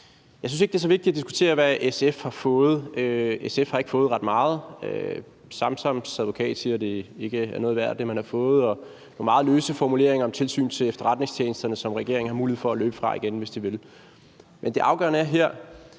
Jeg synes ikke, det er så vigtigt at diskutere, hvad SF har fået. SF har ikke fået ret meget; Samsams advokat siger, at det, man har fået, ikke er noget værd, og så er der nogle meget løse formuleringer om Tilsynet med Efterretningstjenesterne, som regeringen har mulighed for at løbe fra igen, hvis de vil. Men det afgørende her er,